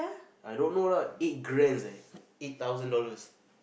I don't know lah eight grand eh eight thousand dollars